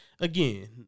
again